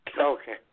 Okay